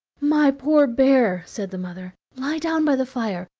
my poor bear, said the mother, lie down by the fire,